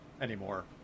anymore